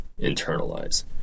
internalize